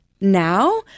now